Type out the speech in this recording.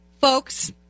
folks